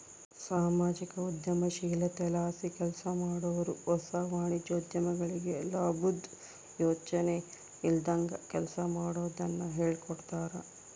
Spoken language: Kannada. ಸಾಮಾಜಿಕ ಉದ್ಯಮಶೀಲತೆಲಾಸಿ ಕೆಲ್ಸಮಾಡಾರು ಹೊಸ ವಾಣಿಜ್ಯೋದ್ಯಮಿಗಳಿಗೆ ಲಾಬುದ್ ಯೋಚನೆ ಇಲ್ದಂಗ ಕೆಲ್ಸ ಮಾಡೋದುನ್ನ ಹೇಳ್ಕೊಡ್ತಾರ